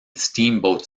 steamboat